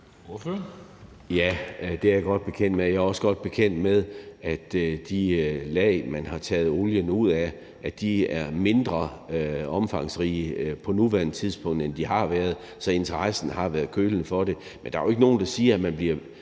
Ja, det er jeg godt bekendt med, og jeg er også godt bekendt med, at de lag, man har taget olien ud af, er mindre omfangsrige på nuværende tidspunkt, end de har været. Så interessen for det har været kølnet. Men der er jo ikke nogen, der siger, at man behøver